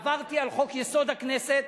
עברתי על חוק-יסוד: הכנסת,